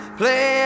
play